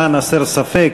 למען הסר ספק,